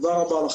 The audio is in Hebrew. תודה רבה לכם.